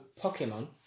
Pokemon